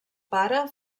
pare